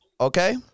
okay